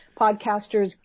podcasters